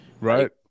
Right